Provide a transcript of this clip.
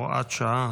הוראת שעה),